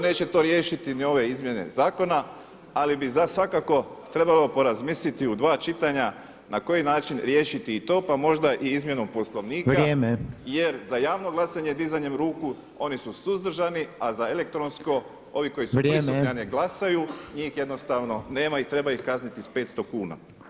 neće to riješiti ni ove izmjene zakona, ali bi svakako trebalo porazmisliti u dva čitanja na koji način riješiti i to pa možda i izmjenom Poslovnika [[Upadica Reiner: Vrijeme.]] Jer za javno glasanje dizanjem ruku oni su suzdržani, a za elektronsko ovi koji su prisutni a ne glasaju njih jednostavno nema i treba ih kazniti s 500 kuna.